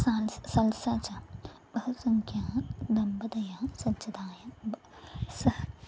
साल्स् सल्सा च बहुसङ्ख्याः नम्बतयाः सज्जताया ब सः